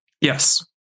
Yes